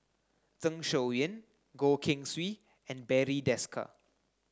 Zeng Shouyin Goh Keng Swee and Barry Desker